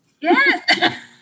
Yes